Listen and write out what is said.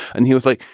and he was like,